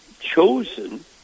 chosen